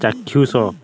ଚାକ୍ଷୁଷ